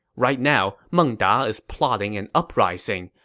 right now, meng da is plotting an uprising,